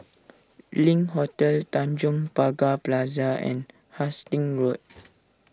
Link Hotel Tanjong Pagar Plaza and Hastings Road